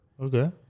Okay